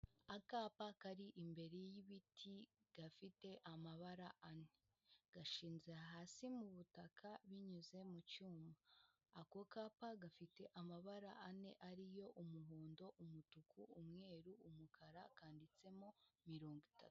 Akapa kari imbere y'ibiti gafite amabara ane, gashinze hasi mu butaka, binyuze mu cyuma, ako kapa gafite amabara ane ari yo umuhondo, umutuku, umweru, umukara, kanditsemo mirongo itatu.